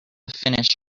finish